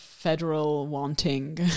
federal-wanting